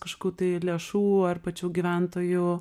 kažkokių tai lėšų ar pačių gyventojų